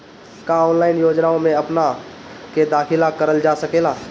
का ऑनलाइन योजनाओ में अपना के दाखिल करल जा सकेला?